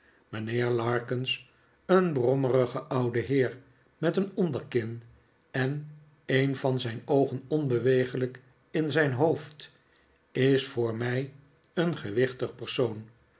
mijnheer larkins een brommige oude heer met een onderkin en een van zijn oogen onbeweeglijk in zijn hoofdj is voor mij een gewichtig persoon